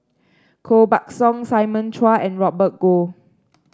Koh Buck Song Simon Chua and Robert Goh